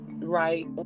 right